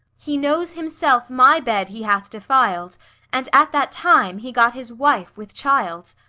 he knows himself my bed he hath defil'd and at that time he got his wife with child.